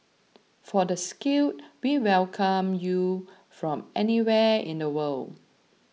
for the skilled we welcome you from anywhere in the world